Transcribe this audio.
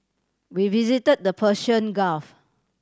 we visit the Persian Gulf